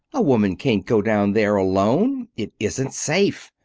a woman can't go down there alone. it isn't safe.